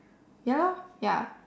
ya lor ya